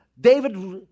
David